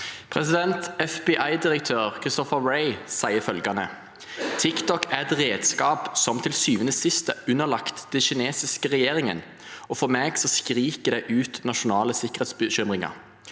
FBI-direk- tør Christopher Wray sier at TikTok er et redskap som til syvende og sist er underlagt den kinesiske regjeringen, og for ham skriker det ut nasjonale sikkerhetsbekymringer.